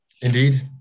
Indeed